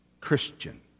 Christian